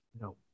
No